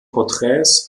porträts